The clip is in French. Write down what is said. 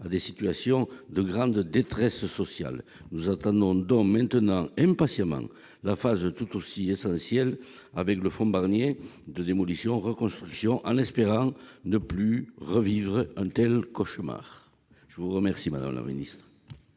à des situations de grande détresse sociale. Nous attendons donc impatiemment, désormais, la phase tout aussi essentielle, avec le fonds Barnier, de démolition et de reconstruction, en espérant ne plus revivre un tel cauchemar. Je vous remercie, madame la ministre.